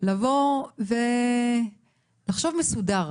אנחנו ניסינו לחשוב באופן מסודר.